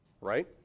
Right